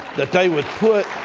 that they would put